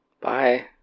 Bye